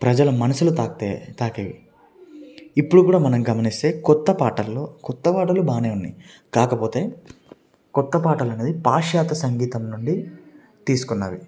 ప్రజల మనసులు తాకుతాయి తాకేవి ఇప్పుడు కూడా మనం గమనిస్తే కొత్త పాటల్లో కొత్త పాటలు బాగానే ఉన్నాయి కాకపోతే కొత్త పాటలు అనేవి పాశ్చ్యత్త సంగీతం నుండి తీసుకున్నవి